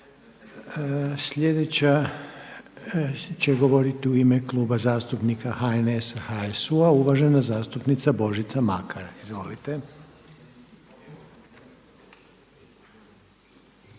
Sljedeća će govoriti u ime Kluba zastupnika HNS-HSU-a uvažena zastupnica Božica Makar. Izvolite.